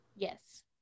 Yes